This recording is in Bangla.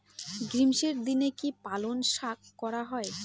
গ্রীষ্মের দিনে কি পালন শাখ করা য়ায়?